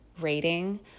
rating